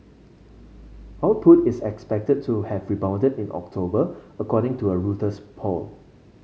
output is expected to have rebounded in October according to a Reuters poll